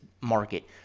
market